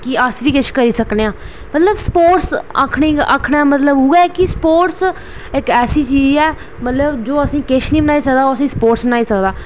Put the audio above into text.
की अस बी किश करी सकने आं मतलब की स्पोर्टस आक्खने दा मतलब उ'ऐ कि स्पोर्टस इक्क ऐसी चीज़ ऐ मतलब कि जो असेंगी किश निं बनाई सकदा ओह् असेंगी स्पोर्टस बनाई सकदा